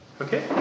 Okay